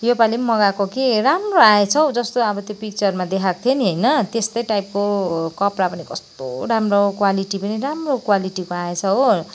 यो पालि पनि मगाएको कि राम्रो आएछ हौ जस्तो अब त्यो पिक्चरमा देखाएको थियो नि होइन त्यस्तै टाइपको कपडा पनि कस्तो राम्रो क्वालिटी पनि राम्रो क्वालिटीको आएछ हो